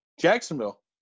Jacksonville